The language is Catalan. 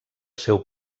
seu